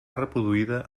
reproduïda